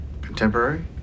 Contemporary